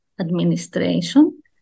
administration